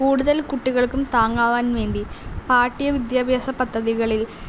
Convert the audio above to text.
കൂടുതൽ കുട്ടികൾക്കും താങ്ങാവാൻ വേണ്ടി പാഠ്യ വിദ്യാഭ്യാസ പദ്ധതികളിൽ